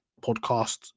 podcast